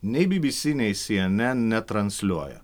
nei by by sy nei sy en en netransliuoja